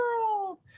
world